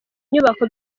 nyubako